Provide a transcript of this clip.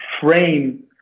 frame